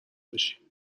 بشی